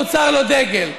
נוצר לו דגל.